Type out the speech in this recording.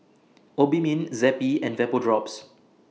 Obimin Zappy and Vapodrops